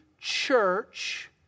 church